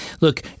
Look